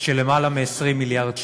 של למעלה מ-20 מיליארד שקל,